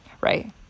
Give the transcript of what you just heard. Right